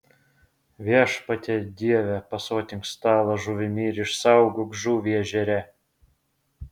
viešpatie dieve pasotink stalą žuvimi ir išsaugok žuvį ežere